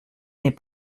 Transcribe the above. n’est